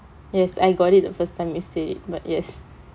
yes I got it the first time you said but yes